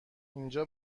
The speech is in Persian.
اینجا